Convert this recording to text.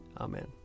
Amen